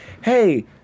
hey